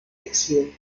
exil